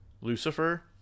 Lucifer